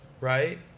right